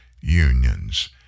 unions